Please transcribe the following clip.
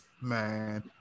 man